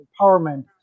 empowerment